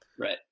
Right